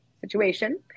situation